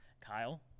kyle